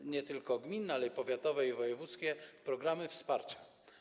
To nie tylko gminne, ale i powiatowe i wojewódzkie programy wsparcia.